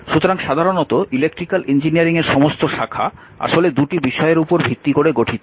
সুতরাং সাধারণত electrical engineering এর সমস্ত শাখা আসলে দুটি বিষয়ের উপর ভিত্তি করে গঠিত